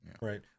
right